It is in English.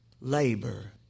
labor